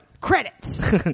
Credits